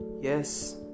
Yes